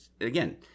again